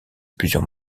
plusieurs